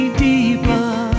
deeper